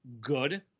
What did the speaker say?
good